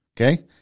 Okay